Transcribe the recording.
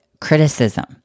criticism